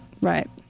Right